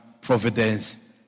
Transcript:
providence